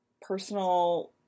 personal